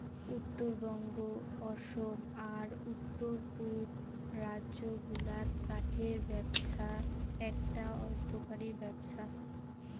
উত্তরবঙ্গ, অসম আর উত্তর পুব রাজ্য গুলাত কাঠের ব্যপছা এ্যাকটা অর্থকরী ব্যপছা